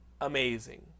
amazing